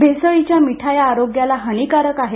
भेसळीच्या मिठाया आरोग्याला हानिकारक आहेत